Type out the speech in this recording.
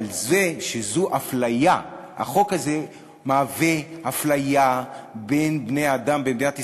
אבל זה שהחוק הזה מהווה אפליה בין בני-האדם במדינת ישראל,